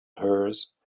hers